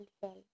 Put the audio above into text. fell